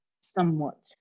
somewhat